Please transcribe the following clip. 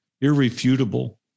irrefutable